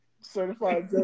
Certified